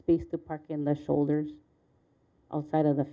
have to park in the shoulders outside of the